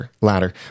ladder